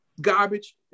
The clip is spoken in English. garbage